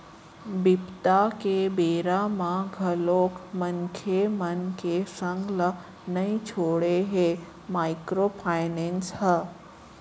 बिपदा के बेरा म घलोक मनखे मन के संग ल नइ छोड़े हे माइक्रो फायनेंस ह